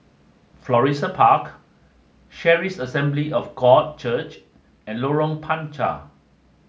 Florissa Park Charis Assembly of God Church and Lorong Panchar